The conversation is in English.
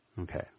Okay